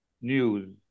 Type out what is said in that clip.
News